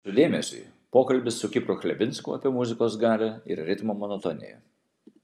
jūsų dėmesiui pokalbis su kipru chlebinsku apie muzikos galią ir ritmo monotoniją